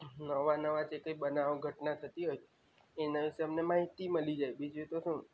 નવા નવા જે કંઈ બનાવો ઘટના થતી હોય એના વિશે અમને માહિતી મળી જાય બીજું તો શું